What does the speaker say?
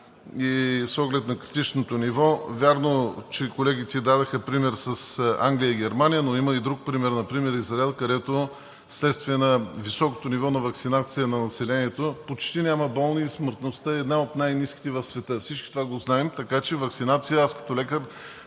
и с оглед на критичното ниво – вярно, че колегите дадоха пример с Англия и Германия, но има и друг пример – Израел, където вследствие на високото ниво на ваксинация на населението почти няма болни и смъртността е една от най-ниските в света. Всички това го знаем, така че ваксинация, аз като лекар